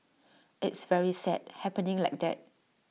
it's very sad happening like that